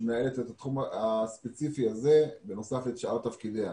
שמנהלת את התחום הספציפי הזה בנוסף לשאר תפקידיה.